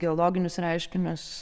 geologinius reiškinius